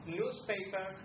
newspaper